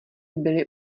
byly